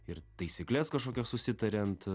ir taisykles kažkokios susitariant